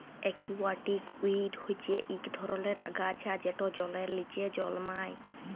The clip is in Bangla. একুয়াটিক উইড হচ্যে ইক ধরলের আগাছা যেট জলের লিচে জলমাই